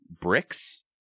bricks